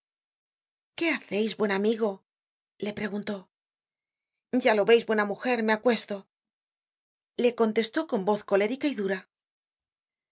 qué haceis buen amigo le preguntó ya lo veis buena mujer me acuesto le contestó con voz colérica y dura